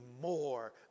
more